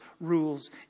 rules